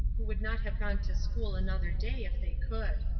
who would not have gone to school another day if they could.